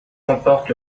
remporte